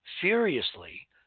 furiously